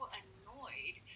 annoyed